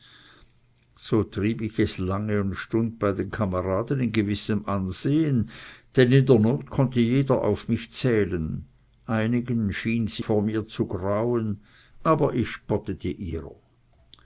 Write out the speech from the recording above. so trieb ich es lange und stund bei den kameraden in gewissem ansehen denn in der not konnte jeder auf mich zählen einigen schien vor mir zu grauen aber ich spottete ihrer